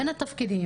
בין התפקידים,